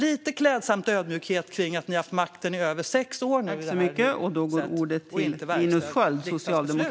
Lite klädsam ödmjukhet kring att ni har haft makten i över sex år nu och inte verkställt dessa riksdagsbeslut, tack!